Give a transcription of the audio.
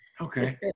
okay